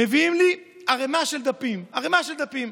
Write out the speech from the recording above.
הם מביאים לי ערמה של דפים, ערמה של דפים.